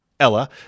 Ella